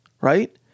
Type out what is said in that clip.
right